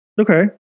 Okay